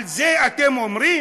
על זה אתם אומרים?